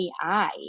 AI